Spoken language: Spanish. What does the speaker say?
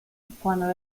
cuando